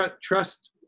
trust